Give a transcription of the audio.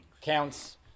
counts